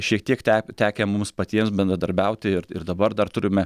šiek tiek te tekę mums patiems bendradarbiauti ir ir dabar dar turime